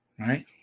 Right